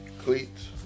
cleats